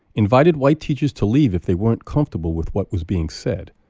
invited white teachers to leave if they weren't comfortable with what was being said.